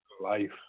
life